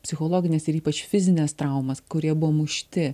psichologines ir ypač fizines traumas kurie buvo mušti